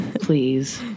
please